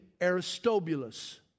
Aristobulus